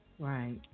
Right